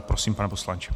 Prosím, pane poslanče.